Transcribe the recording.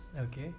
okay